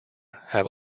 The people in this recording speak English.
have